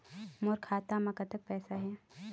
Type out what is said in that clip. मोर खाता मे कतक पैसा हे?